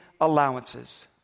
allowances